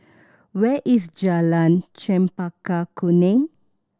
where is Jalan Chempaka Kuning